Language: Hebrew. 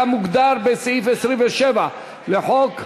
כמוגדר בסעיף 27 לחוק,